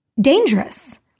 dangerous